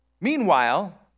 Meanwhile